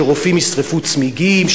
שרופאים ישרפו צמיגים,